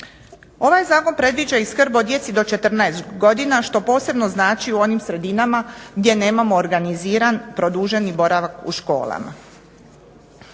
Ovaj zakon predviđa i skrb o djeci do 14 godina što posebno znači u onim sredinama gdje nemamo organiziran produženi boravak u školama.